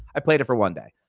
i played it for one day